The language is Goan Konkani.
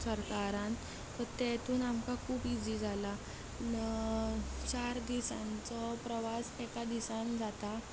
सरकारान तेतून आमकां खूब इजी जालां चार दिसांचो प्रवास एका दिसान जाता